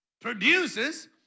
produces